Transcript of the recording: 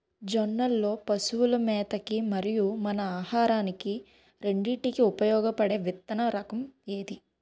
జొన్నలు లో పశువుల మేత కి మరియు మన ఆహారానికి రెండింటికి ఉపయోగపడే విత్తన రకం ఏది?